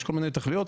יש כל מיני תכליות,